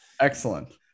Excellent